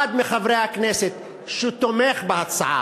אחד מחברי הכנסת שתומך בהצעה,